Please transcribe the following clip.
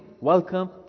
welcome